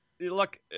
Look